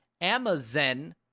Amazon